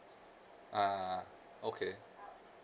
ah okay